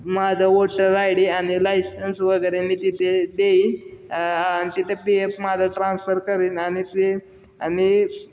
माझं voter I D आणि license वगैरे मी तिथे देईन आणि तिथे पी एफ माझं ट्रान्सफर करीन आणि ते आणि